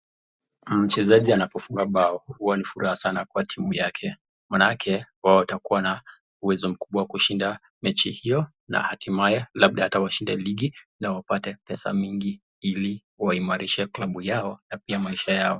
Mchezaji anapofunga bao huwa na furaha sana kwa timu yake maana yake watakuwa na uwezo mkubwa wa kushinda mechi hiyo na hatimaye labda hata washinde ligi na wapate pesa mingi ili waimarishe klabu yao na pia maisha yao.